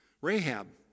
Rahab